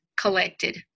collected